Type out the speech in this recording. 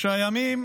שהימים